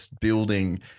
building